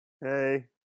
Hey